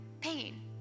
pain